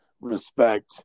respect